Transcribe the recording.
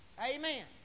Amen